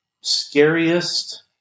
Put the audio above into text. scariest